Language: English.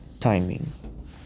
timing